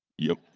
yup,